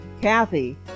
Kathy